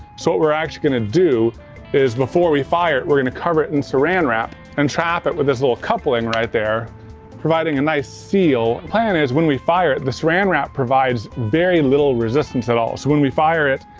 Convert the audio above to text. so what we're actually gonna do is before we fire it, we're gonna cover it in saran wrap, and trap it with this little coupling right there providing a nice seal. the and plan is when we fire it the saran wrap provides very little resistance at all. so when we fire it,